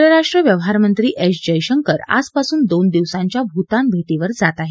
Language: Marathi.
परराष्ट्र व्यवहारमंत्री एस जयशंकर आजपासून दोन दिवसांच्या भूतान भेटीवर जात आहेत